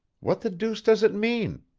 what the deuce does it mean?